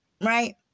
right